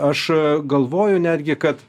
aš galvoju netgi kad